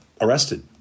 arrested